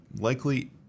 likely